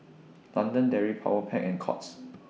London Dairy Powerpac and Courts